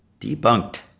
Debunked